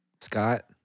Scott